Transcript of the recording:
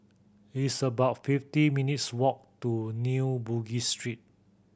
it's about fifty minutes' walk to New Bugis Street